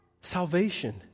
salvation